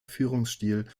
führungsstil